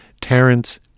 Terence